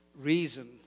reason